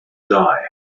die